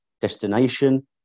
destination